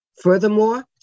Furthermore